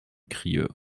crieu